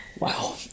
Wow